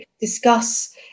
discuss